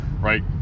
right